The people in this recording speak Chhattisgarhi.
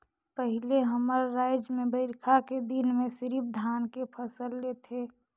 पहिले हमर रायज में बईरखा के दिन में सिरिफ धान के फसल लेथे